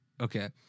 okay